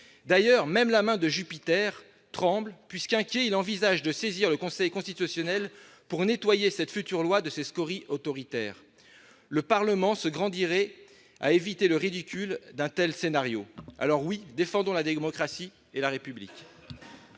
D'ailleurs, même la main de Jupiter tremble, puisque ce dernier, inquiet, envisage de saisir le Conseil constitutionnel pour « nettoyer » cette future loi de ses scories autoritaires. Le Parlement se grandirait à éviter le ridicule d'un tel scénario. Alors, oui, défendons la démocratie et la République